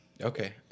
Okay